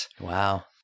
Wow